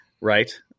Right